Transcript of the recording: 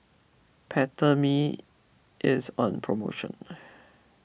Peptamen is on promotion